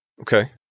okay